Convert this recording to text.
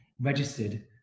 registered